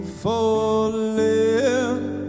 falling